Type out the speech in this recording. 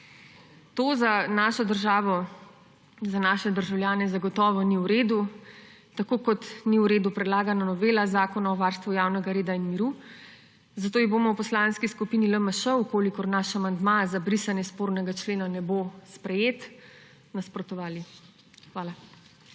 To za našo državo in naše državljane zagotovo ni v redu. Tako kot ni v redu predlagana novela Zakona o varstvu javnega reda in miru. Zato ji bomo v Poslanski skupini LMŠ, če naš amandma za brisanje spornega člena ne bo sprejet, nasprotovali. Hvala.